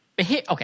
Okay